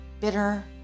bitter